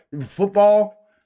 Football